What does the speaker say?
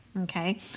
Okay